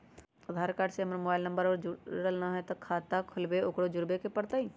आधार card से हमर mobile number न जुरल है त बचत खाता खुलवा ला उकरो जुड़बे के पड़तई?